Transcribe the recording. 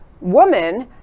woman